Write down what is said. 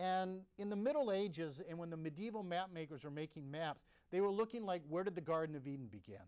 and in the middle ages and when the medieval map makers were making maps they were looking like where did the garden of eden begin